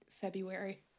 February